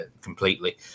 completely